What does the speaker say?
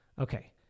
Okay